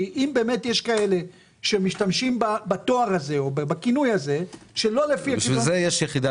כי אם יש כאלה שמשתמשים בתואר הזה או בכינוי הזה- -- לכן יש יחידה